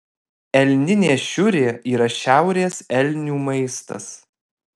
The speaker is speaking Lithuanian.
elninė šiurė yra šiaurės elnių maistas